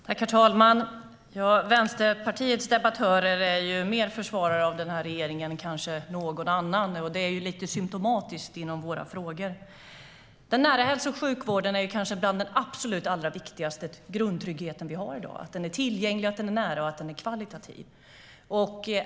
Herr talman! Vänsterpartiets debattörer är större försvarare av den här regeringen än kanske någon annan. Det är lite symtomatiskt inom våra frågor. Det hör till det absolut allra viktigaste i den grundtrygghet vi har i dag att den nära hälso och sjukvården är just nära, tillgänglig och högkvalitativ.